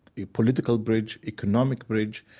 political bridge, economic bridge,